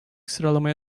sıralamaya